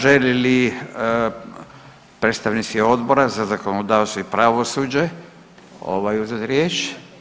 Žele li predstavnici Odbora za zakonodavstvo i pravosuđe ovaj uzeti riječ?